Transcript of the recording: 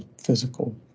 physical